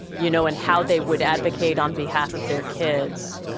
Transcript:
you know, and how they would advocate on behalf of their kids.